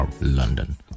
London